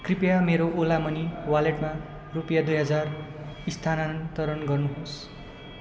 कृपया मेरो ओला मनी वालेटमा रुपियाँ दुई हजार स्थानान्तरण गर्नु होस्